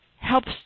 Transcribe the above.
Helps